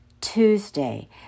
Tuesday